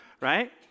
right